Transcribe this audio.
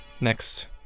Next